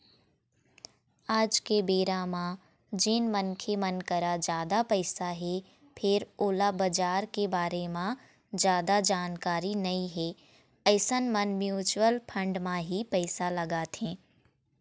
आज के बेरा म जेन मनखे मन करा जादा पइसा हे फेर ओला बजार के बारे म जादा जानकारी नइ हे अइसन मन म्युचुअल फंड म ही पइसा लगाथे